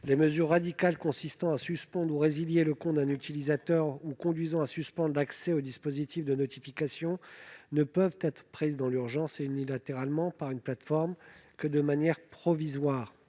les mesures radicales de suspension ou résiliation du compte d'un utilisateur, ou de suspension de l'accès au dispositif de notification, ne peuvent être prises dans l'urgence et unilatéralement par une plateforme que de manière provisoire.